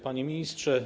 Panie Ministrze!